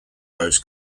most